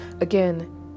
Again